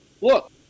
look